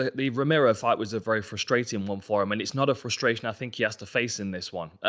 ah the romero fight was a very frustrating one for him and it's not a frustration, i think, he has to face in this one.